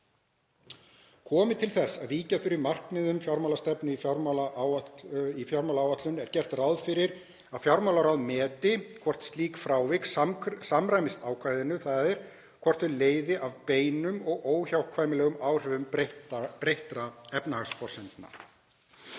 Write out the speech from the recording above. Komi til þess að víkja þurfi frá markmiðum fjármálastefnu í fjármálaáætlun er gert ráð fyrir að fjármálaráð meti hvort slík frávik samræmist ákvæðinu, þ.e. hvort þau leiði af beinum og óhjákvæmilegum áhrifum breyttra efnahagsforsendna.